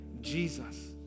Jesus